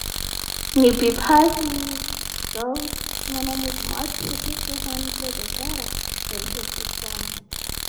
Ny biby haiko fa amanao mody maty zao afa tsy te hohanin'ny predatera da ny Hopossome.